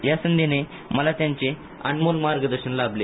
या संधीने मला त्यांचे अनमोल मार्गदर्शन लाभले